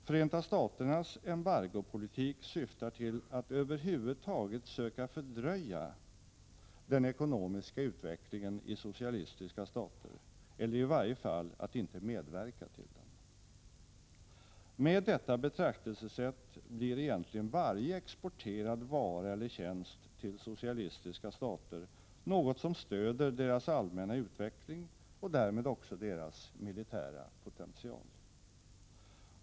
Förenta Staternas embargopolitik syftar till att över huvud taget söka fördröja den ekonomiska utvecklingen i socialistiska stater eller i varje fall att inte medverka till den. Med detta betraktelsesätt blir egentligen varje exporterad vara eller tjänst till socialistiska stater något som stöder deras allmänna utveckling och därmed också deras militära potential.